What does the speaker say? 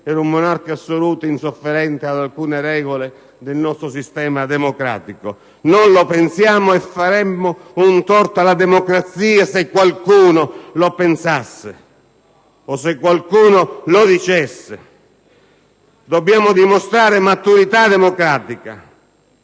da monarca assoluto, insofferente ad alcune regole del nostro sistema democratico. Non lo pensiamo e faremmo un torto alla democrazia se qualcuno lo pensasse o lo dicesse. Dobbiamo dimostrare maturità democratica.